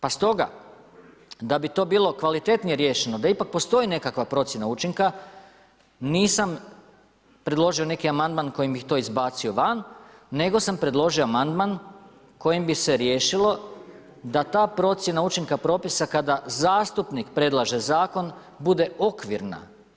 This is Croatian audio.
Pa stoga da bi to bilo kvalitetnije riješeno da ipak postoji nekakva procjena učinka nisam predložio neki amandman kojim bih to izbacio van, nego sam predložio amandman kojim bi se riješilo da ta procjena učinka propisa kada zastupnik predlaže zakon bude okvirna.